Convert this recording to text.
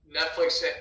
Netflix